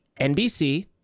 NBC